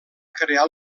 crear